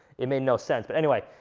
it made no sense but anyway,